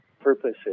purposes